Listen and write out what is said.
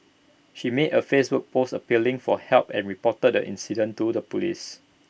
she made A Facebook post appealing for help and reported the incident to the Police